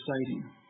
exciting